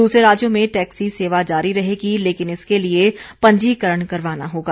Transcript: दूसरे राज्यों में टैक्सी सेवा जारी रहेगी लेकिन इसके लिए पंजीकरण करवाना होगा